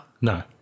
No